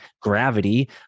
Gravity